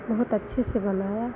बहुत अच्छे से बनाया